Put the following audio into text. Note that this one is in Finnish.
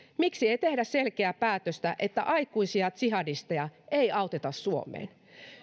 miksi ei tehdä selkeää päätöstä että aikuisia jihadisteja ei auteta suomeen